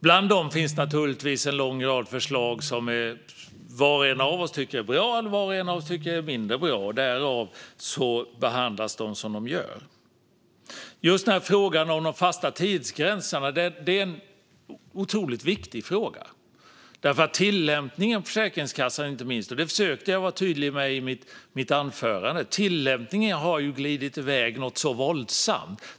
Bland dem finns naturligtvis en lång rad förslag som var och en av oss tycker är antingen bra eller mindre bra, och därför behandlas de som de behandlas. Just frågan om de fasta tidsgränserna är otroligt viktig, för tillämpningen från inte minst Försäkringskassans sida - det försökte jag vara tydlig med i mitt anförande - har ju glidit iväg något så våldsamt.